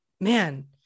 man